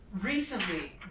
recently